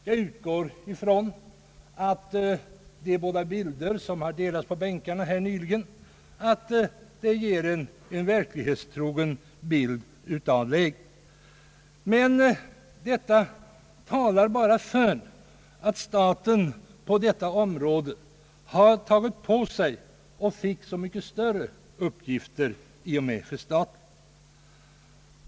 Jag utgår ifrån att de båda bilder som nyligen delades ut på bänkarna här ger en verklighetstrogen bild av läget. Men detta talar bara för att staten på detta område har tagit på sig mycket större uppgifter än tidigare i och med förstatligandet.